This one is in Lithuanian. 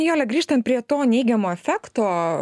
nijole grįžtant prie to neigiamo efekto